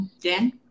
Dan